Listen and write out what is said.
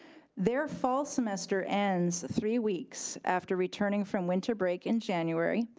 their fall semester ends three weeks after returning from winter break in january,